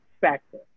factor